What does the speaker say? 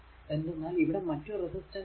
എന്തെന്നാൽ ഇവിടെ മറ്റു റെസിസ്റ്റൻസ് ഇല്ല